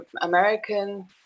American